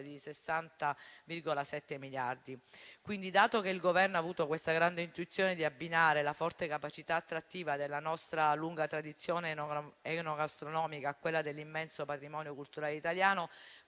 di 60,7 miliardi. Dato che il Governo ha avuto la grande intuizione di abbinare la forte capacità attrattiva della nostra lunga tradizione enogastronomica a quella dell'immenso patrimonio culturale italiano,